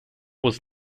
was